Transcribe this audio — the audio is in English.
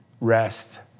rest